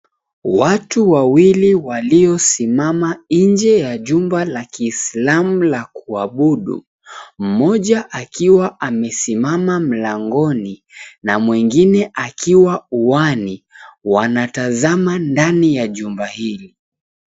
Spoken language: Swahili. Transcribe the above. Watu wawili waliosimama nje ya jumba la kiislamu la kuabudu, mmoja akiwa amesimama mlangoni na mwingine akiwa uani, wanatazama ndani ya jumba hili.